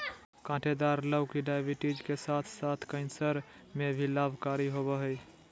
काँटेदार लौकी डायबिटीज के साथ साथ कैंसर में भी लाभकारी होबा हइ